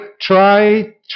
try